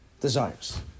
desires